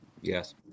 yes